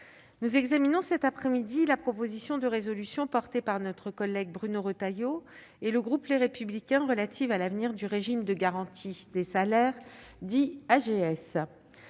nous examinons cet après-midi la proposition de résolution portée par notre collègue Bruno Retailleau et le groupe Les Républicains relative à l'avenir du régime de garantie des salaires, dit AGS